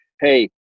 hey